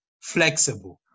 flexible